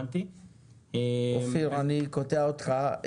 אופיר, אני קוטע אותך.